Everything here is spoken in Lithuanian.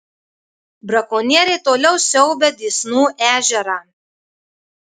brakonieriai toliau siaubia dysnų ežerą